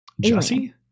Jesse